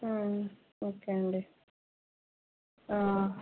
ఒకే అండి ఆ